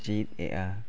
ᱪᱮᱫ ᱮᱜᱼᱟ